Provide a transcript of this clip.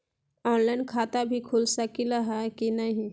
Online खाता भी खुल सकली है कि नही?